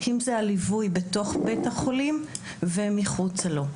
אם זה הליווי בתוך בית החולים ומחוצה לו.